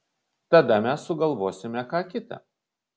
tada mes sugalvosime ką kita